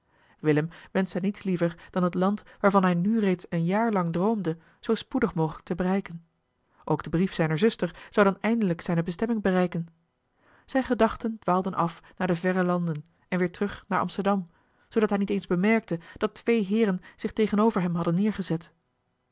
willem wenschte niets liever dan het land waarvan hij nu reeds eli heimans willem roda een jaar lang droomde zoo spoedig mogelijk te bereiken ook de brief zijner zuster zou dan eindelijk zijne bestemming bereiken zijne gedachten dwaalden af naar de verre landen en weer terug naar amsterdam zoodat hij niet eens bemerkte dat twee heeren zich tegenover hem hadden neergezet